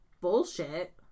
bullshit